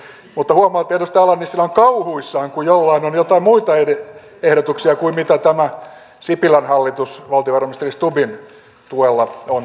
mutta huomaa että edustaja ala nissilä on kauhuissaan kun jollain on joitain muita ehdotuksia kuin mitä tämä sipilän hallitus valtiovarainministeri stubbin tuella on tehnyt